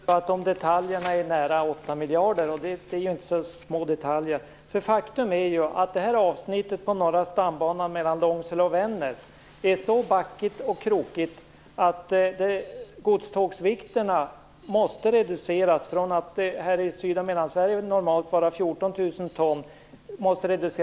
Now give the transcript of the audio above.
Fru talman! Jag förutsätter att de där detaljerna handlar om nära 8 miljarder, och det är ju inte så små detaljer. Faktum är att avsnittet av norra stambanan mellan Långsele och Vännäs är så backigt, krokigt och kurvigt att godstågsvikterna måste reduceras från de här i ton på grund av detta.